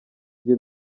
njye